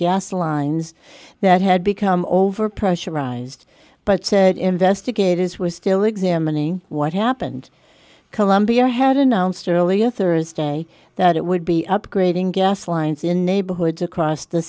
gas lines that had become over pressurized but said investigators were still examining what happened columbia had announced earlier thursday that it would be upgrading gas lines in neighborhoods across the